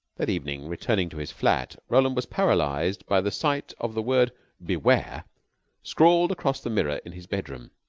that evening, returning to his flat, roland was paralyzed by the sight of the word beware scrawled across the mirror in his bedroom.